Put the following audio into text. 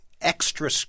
extra